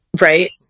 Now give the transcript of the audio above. right